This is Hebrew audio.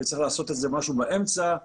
וצריך לעשות משהו באמצע,